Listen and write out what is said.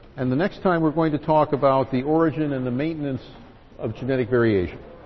and the next time we're going to talk about the origin and the maintenance of genetic variation.